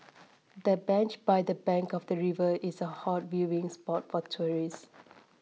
the bench by the bank of the river is a hot viewing spot for tourists